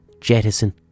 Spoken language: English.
jettison